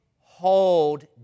hold